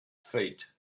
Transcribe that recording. feet